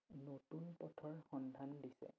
নতুন পথৰ সন্ধান দিছে